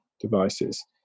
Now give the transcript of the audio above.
devices